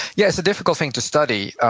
yeah, it's a difficult thing to study.